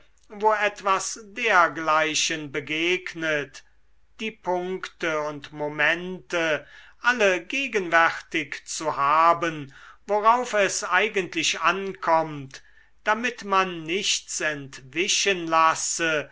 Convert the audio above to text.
wo etwas dergleichen begegnet die punkte und momente alle gegenwärtig zu haben worauf es eigentlich ankommt damit man nichts entwischen lasse